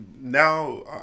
now